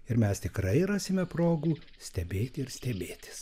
ir mes tikrai rasime progų stebėti ir stebėtis